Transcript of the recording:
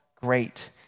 great